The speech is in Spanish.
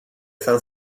san